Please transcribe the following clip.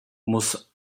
muss